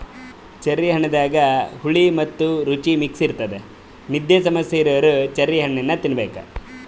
cherry ಹಣ್ಣದಾಗ್ ಹುಳಿ ಮತ್ತ್ ರುಚಿ ಮಿಕ್ಸ್ ಇರ್ತದ್ ನಿದ್ದಿ ಸಮಸ್ಯೆ ಇರೋರ್ ಚೆರ್ರಿ ಹಣ್ಣ್ ತಿನ್ನಬೇಕ್